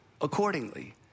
accordingly